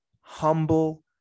humble